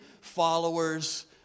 followers